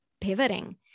pivoting